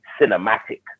cinematic